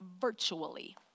virtually